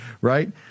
right